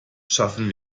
schaffen